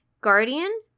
guardian